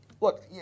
look